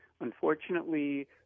Unfortunately